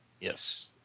Yes